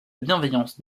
bienveillance